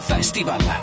Festival